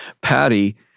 Patty